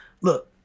Look